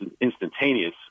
instantaneous